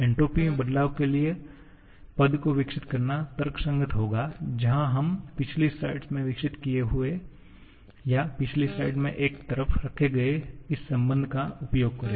entropy में बदलाव के लिए पद को विकसित करना तर्कसंगत होगा जहां हम पिछली स्लाइड में विकसित हुए या पिछली स्लाइड में एक तरफ रखे गए इस संबंध का उपयोग करे